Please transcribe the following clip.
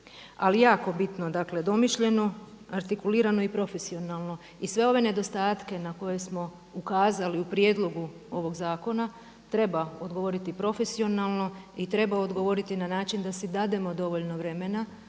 Ali jako bitno domišljeno, artikulirano i profesionalno. I sve ove nedostatke na koje smo ukazali u prijedlogu ovog zakona treba odgovoriti profesionalno i treba odgovoriti na način da si dademo dovoljno vremena,